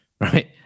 right